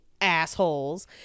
assholes